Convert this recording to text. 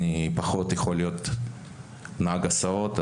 אני פחות יכול להיות נהג הסעות,